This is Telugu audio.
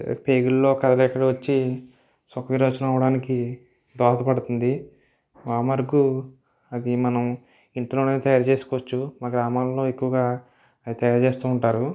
పేగులలో కదలికలు వచ్చి సుఖ విరోచనం అవ్వడానికి దోహద పడుతుంది మా వరకు అది మనం ఇంట్లో తయారు చేసుకోవచ్చు మా గ్రామంలో ఎక్కువగా అది తయారు చేస్తు ఉంటారు